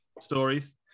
stories